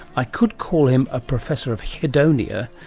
i could call him a professor of hedonia.